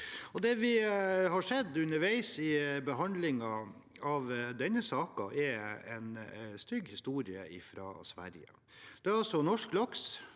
Det vi har sett underveis i behandlingen av denne saken, er en stygg historie fra Sverige. Norsk laks